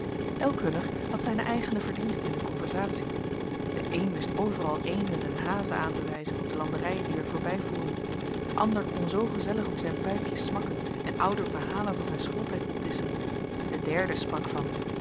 elk hunner had zijne eigene verdienste in de conversatie de een wist overal eenden en hazen aan te wijzen op de landerijen die wij voorbijvoeren de ander kon zoo gezellig op zijn pijpje smakken en oude verhalen van zijn schooltijd opdisschen de derde sprak van